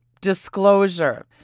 Disclosure